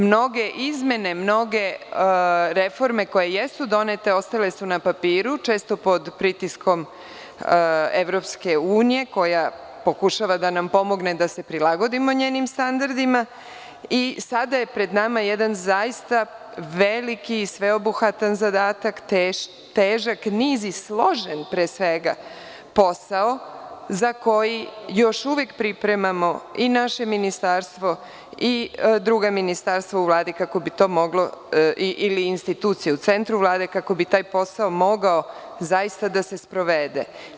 Mnoge izmene, mnoge reforme koje jesu donete ostale su na papiru, često pod pritiskom EU, koja pokušava da nam pomogne da se prilagodimo njenim standardima i sada je pred nama jedan zaista veliki i sveobuhvatan zadatak, težak niz i složen, pre svega, posao za koji još uvek pripremamo i naše ministarstvo i druga ministarstva u Vladi ili institucije u centru Vlade, kako bi taj posao mogao zaista da se sprovede.